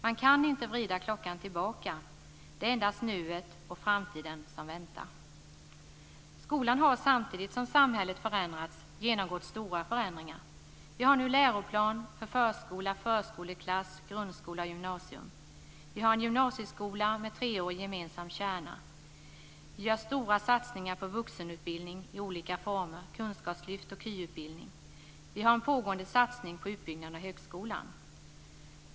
Man kan inte vrida klockan tillbaka. Det är endast nuet och framtiden som väntar. Skolan har samtidigt som samhället har förändrats genomgått stora förändringar. Vi har nu läroplan för förskola, förskoleklass, grundskola, gymnasium. Vi har en gymnasieskola med treårig gemensam kärna. Vi gör stora satsningar på vuxenutbildning i olika former: kunskapslyft och KY-utbildning. Vi har en pågående satsning på utbyggnad av högskolan.